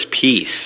peace